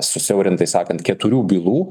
susiaurintai sakant keturių bylų